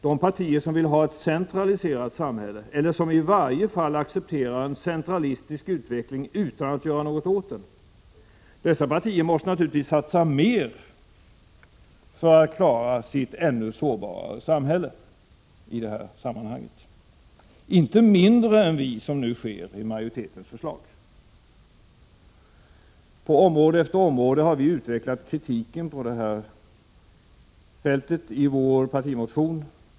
De partier som vill ha ett centraliserat samhälle, eller som i varje fall accepterar en centralistisk utveckling utan att göra något åt den, måste naturligtvis satsa mer för att klara sitt ännu mer sårbara samhälle — inte mindre än vi, som nu sker i majoritetens förslag. På område efter område har vi i det här fallet utvecklat kritiken i vår partimotion.